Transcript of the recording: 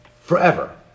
forever